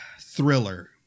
thriller